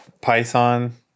Python